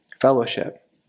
Fellowship